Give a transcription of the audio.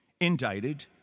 indicted